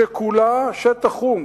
שכולה שטח חום,